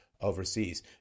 overseas